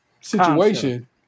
situation